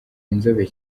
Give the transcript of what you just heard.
inzobe